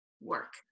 work